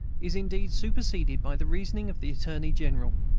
is indeed superseded by the reasoning of the attorney-general.